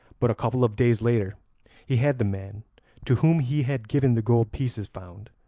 but a couple of days later he had the man to whom he had given the gold pieces found,